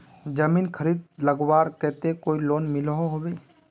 जमीन खरीद लगवार केते कोई लोन मिलोहो होबे?